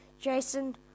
Jason